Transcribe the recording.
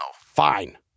Fine